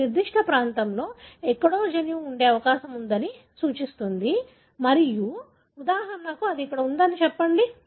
ఈ నిర్దిష్ట ప్రాంతంలో ఎక్కడో జన్యువు ఉండే అవకాశం ఉందని ఇది సూచిస్తుంది ఉదాహరణకు ఇది ఇక్కడ ఉందని చెప్పండి